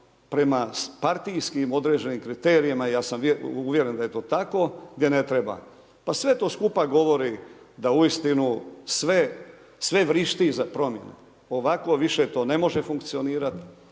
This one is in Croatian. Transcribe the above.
prema partijskim određenim kriterijima ja sam uvjeren da je to tako, gdje ne treba. Pa sve to skupa govori da uistinu sve, sve vrišti za promjenu. Ovako više to ne može funkcionirat,